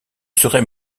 serait